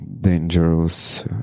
dangerous